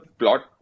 plot